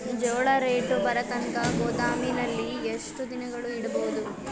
ಜೋಳ ರೇಟು ಬರತಂಕ ಗೋದಾಮಿನಲ್ಲಿ ಎಷ್ಟು ದಿನಗಳು ಯಿಡಬಹುದು?